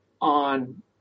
on